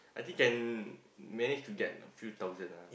I think can manage to get a few thousand lah